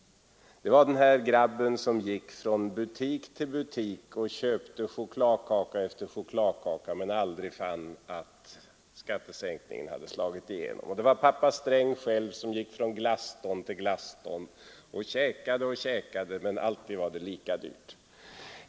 Det var den här grabben som gick från butik till butik och köpte chokladkaka efter chokladkaka men aldrig fann att skattesänkningen hade slagit igenom, och det var pappa Sträng själv som gick från glasstånd till glasstånd och käkade och käkade, men alltid var det lika dyrt.